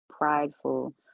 prideful